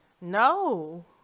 No